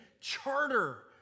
charter